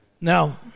Now